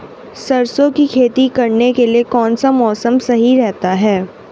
सरसों की खेती करने के लिए कौनसा मौसम सही रहता है?